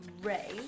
Ray